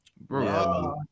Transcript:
Bro